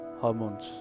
hormones